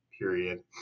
period